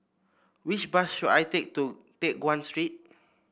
which bus should I take to Teck Guan Street